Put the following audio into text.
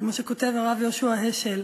כמו שכותב הרב יהושע השל,